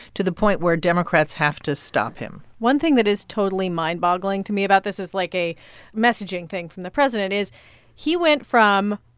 to the point where democrats have to stop him one thing that is totally mind-boggling to me about this as, like, a messaging thing from the president is he went from,